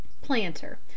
Planter